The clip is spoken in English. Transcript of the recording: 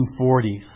1940s